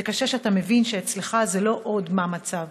זה קשה שאתה מבין שאצלך זה לא עוד "מה המצב",